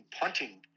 punting